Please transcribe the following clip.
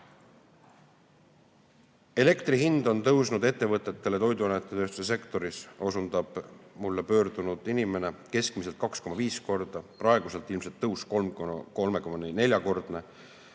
Elektri hind on tõusnud ettevõtetele toiduainete tööstuse sektoris [osundab mulle pöördunud inimene] keskmiselt 2,5 korda, praeguselt ilmselt tõus kolme-